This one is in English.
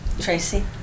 Tracy